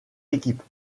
équipes